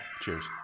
cheers